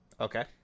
okay